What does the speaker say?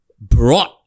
brought